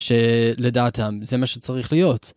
שלדעתם, זה מה שצריך להיות.